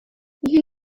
you